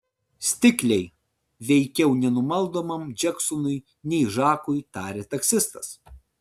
stikliai veikiau nenumaldomam džeksonui nei žakui tarė taksistas